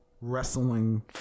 wrestling